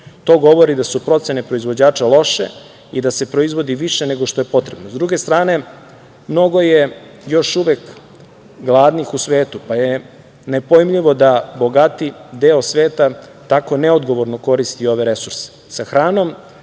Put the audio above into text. To govori da su procene proizvođača loše i da se proizvodi više nego što je potrebno. S druge strane, mnogo je još uvek gladnih u svetu, pa je nepojmljivo da bogati deo sveta tako neodgovorno koristi ove resurse. Sa hranom